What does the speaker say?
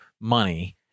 money